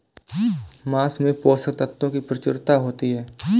माँस में पोषक तत्त्वों की प्रचूरता होती है